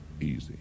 easy